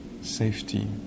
safety